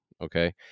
Okay